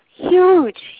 Huge